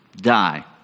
die